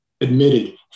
admitted